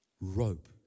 rope